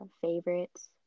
favorites